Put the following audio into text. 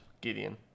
Gideon